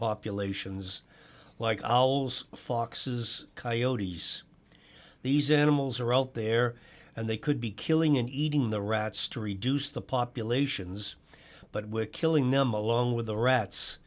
populations like owls foxes coyotes these animals are out there and they could be killing and eating the rats to reduce the populations but we're killing nemo along with the rats